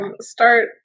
start